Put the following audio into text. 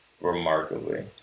remarkably